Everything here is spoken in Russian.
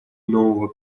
нового